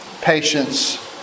patience